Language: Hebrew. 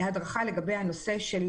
הדרכה לגבי הנושא של